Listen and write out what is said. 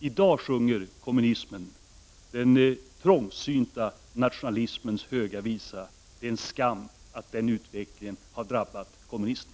I dag sjunger kommunismen den trångsynta nationalismens höga visa. Det är en skam att den utvecklingen har drabbat kommunismen.